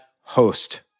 host